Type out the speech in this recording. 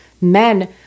men